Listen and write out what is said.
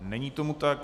Není tomu tak.